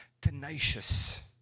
Tenacious